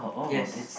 yes